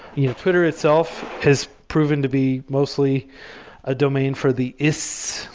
you know twitter itself has proven to be mostly a domain for the ists,